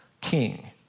king